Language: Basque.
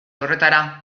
horretara